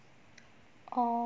oh